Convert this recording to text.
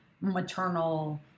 maternal